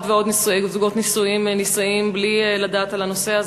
עוד ועוד זוגות נישאים בלי לדעת על הנושא הזה,